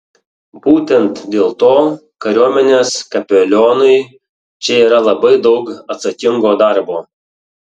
būtent dėl to kariuomenės kapelionui čia yra labai daug atsakingo darbo